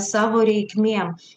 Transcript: savo reikmėm